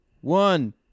one